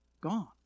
Gone